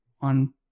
on